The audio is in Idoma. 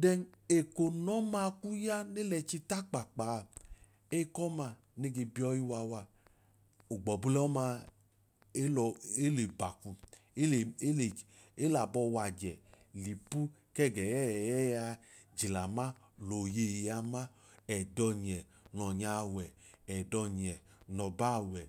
Then eko n'ọma ku ya ne lẹchi takpaakpaa ekọma ne ge biọyi wa wa ogbọbu lọmaa elọ ele p'aku, ele ele elabọ w'ajẹ l'ipu kẹga ẹyẹẹyi a jilama l'oyeyi a madọnyẹ n'ọnyaa wẹ ẹdọnyẹ n'ọbaa wẹ?